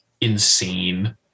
insane